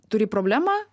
turi problemą